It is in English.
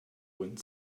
wind